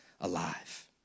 alive